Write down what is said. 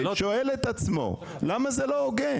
שואל את עצמו למה זה לא הוגן?